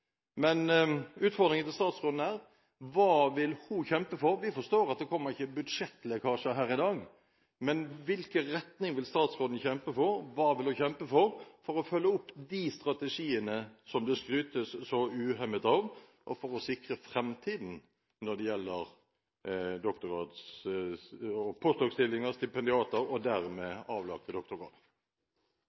Men utfordringen til statsråden er: Hva vil hun kjempe for? Vi forstår at det ikke kommer budsjettlekkasjer her i dag, men hvilken retning vil statsråden kjempe for? Hva vil hun kjempe for, for å følge opp de strategiene som det skrytes så uhemmet av, og for å sikre framtiden når det gjelder postdokstillinger, stipendiater og dermed avlagte